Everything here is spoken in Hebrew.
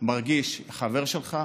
מרגיש חבר שלך,